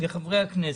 לחברי הכנסת,